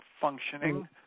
functioning